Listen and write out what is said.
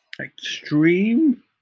Extreme